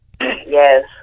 Yes